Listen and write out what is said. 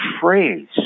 phrase